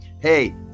Hey